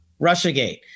Russiagate